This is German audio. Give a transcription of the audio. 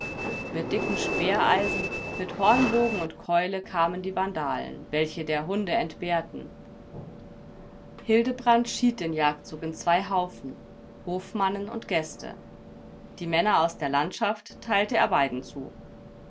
mit dicken speereisen mit hornbogen und keule kamen die vandalen welche der hunde entbehrten hildebrand schied den jagdzug in zwei haufen hofmannen und gäste die männer aus der landschaft teilte er beiden zu